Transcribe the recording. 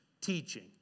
teaching